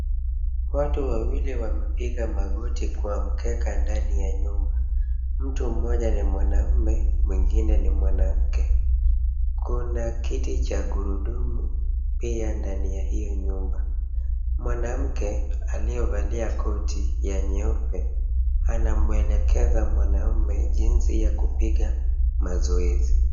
Watu wawili wamepiga magoti kwa mkeka ndani ya nyumba. Mtu mmoja ni mwanamume, mwingine ni mwanamke. Kuna kiti cha gurudumu pia ndani ya hiyo nyumba. Mwanamke aliyevalia koti ya nyeupe, anamwelekeza mwanamume jinsi ya kupiga mazoezi.